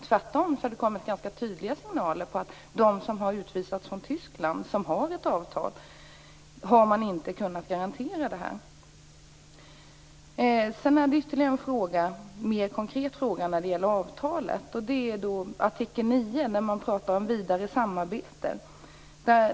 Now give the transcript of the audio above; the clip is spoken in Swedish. Tvärtom har det kommit ganska tydliga signaler om att man inte har kunnat garantera detta för dem som utvisats från Tyskland, som har ett avtal. Sedan hade jag ytterligare en mer konkret fråga när det gäller avtalet. I artikel 9 talar man om vidare samarbete.